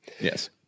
Yes